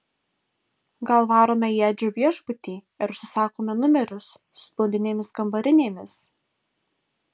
gal varome į edžio viešbutį ir užsisakome numerius su blondinėmis kambarinėmis